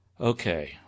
okay